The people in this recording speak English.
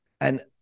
And-